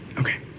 Okay